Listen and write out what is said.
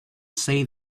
say